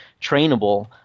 trainable